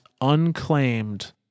unclaimed